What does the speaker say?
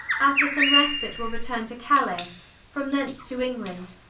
after some respit, will returne to calice from thence to england,